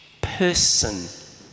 person